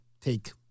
take